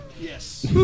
Yes